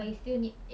orh okay